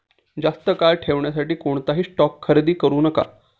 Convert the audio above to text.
जास्त काळ ठेवण्यासाठी कोणताही स्टॉक खरेदी करू नका